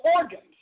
organs